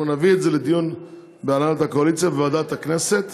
נביא את זה לדיון בהנהלת הקואליציה ובוועדת הכנסת